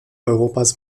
europas